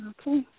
Okay